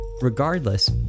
Regardless